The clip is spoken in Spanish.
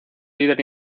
líder